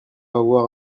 avoir